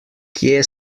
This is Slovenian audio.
kje